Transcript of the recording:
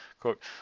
Quote